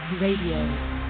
Radio